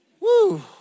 Woo